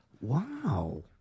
Wow